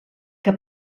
que